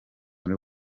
muri